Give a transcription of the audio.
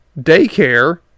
daycare